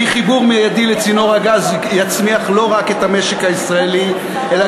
כי חיבור מיידי לצינור הגז לא רק יצמיח את המשק הישראלי אלא